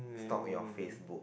stalk your FaceBook